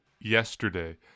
yesterday